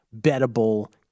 bettable